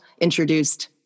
introduced